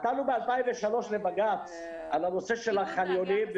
עתרנו ב-2003 לבג"ץ על הנושא של החניונים,